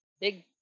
big